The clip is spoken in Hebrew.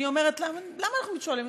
אני אומרת: למה אנחנו שואלים?